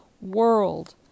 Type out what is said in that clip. world